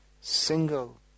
single